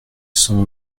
cent